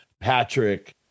Patrick